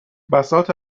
بساط